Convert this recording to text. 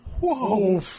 whoa